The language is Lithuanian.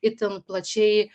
itin plačiai